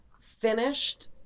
finished